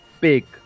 big